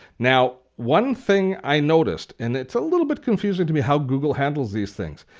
now one thing i noticed and it's a little bit confusing to me how google handles these things,